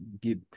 get